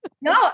No